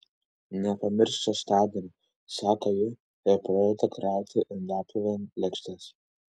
nepamiršk šeštadienio sako ji ir pradeda krauti indaplovėn lėkštes